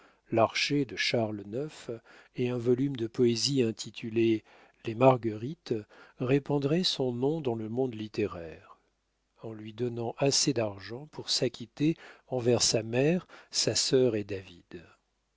l'archer de charles ix et un volume de poésies intitulées les marguerites répandraient son nom dans le monde littéraire en lui donnant assez d'argent pour s'acquitter envers sa mère sa sœur et david